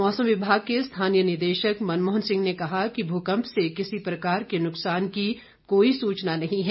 मौसम विभाग के स्थानीय निदेशक मनमोहन सिंह ने कहा कि भूकंप से किसी प्रकार के नुक्सान की कोई सूचना नहीं है